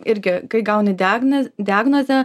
irgi kai gauni diagnaz diagnozę